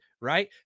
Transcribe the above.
right